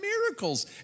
miracles